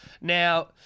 Now